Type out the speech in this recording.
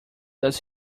does